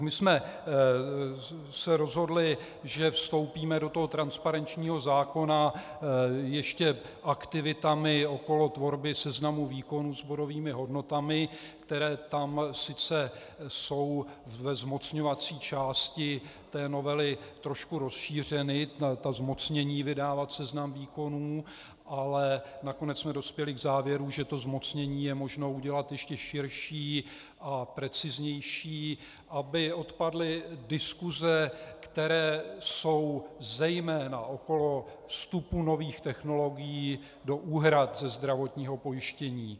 My jsme se rozhodli, že vstoupíme do transparenčního zákona ještě aktivitami okolo tvorby seznamu výkonů s bodovými hodnotami, které tam sice jsou ve zmocňovací části novely trošku rozšířeny, ta zmocnění vydávat seznam výkonů, ale nakonec jsme dospěli k závěru, že to zmocnění je možno udělat ještě širší a preciznější, aby odpadly diskuse, které jsou zejména okolo vstupu nových technologií do úhrad zdravotního pojištění.